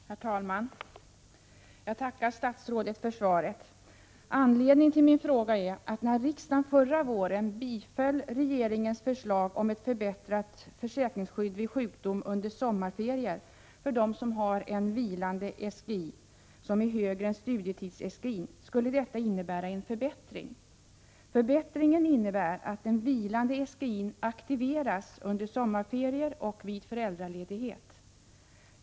Herr talman! Jag tackar statsrådet för svaret. Anledningen till min fråga är att det skulle innebära en förbättring när riksdagen förra våren biföll regeringens förslag om ett förbättrat försäkringsskydd vid sjukdom under sommarferier för dem som har en vilande sjukpenninggrundande inkomst som är högre än den sjukpenninggrundande inkomsten under studietiden. Förbättringen innebär att den vilande sjukpenninggrundande inkomsten aktiveras under sommarferier och vid föräldraledighet.